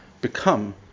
become